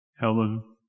Helen